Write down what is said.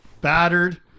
battered